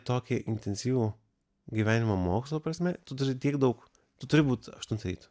tokį intensyvų gyvenimą mokslo prasme tiek daug tu turi būt aštuntą ryto